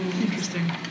Interesting